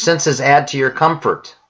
senses add to your comfort